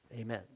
Amen